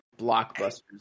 blockbusters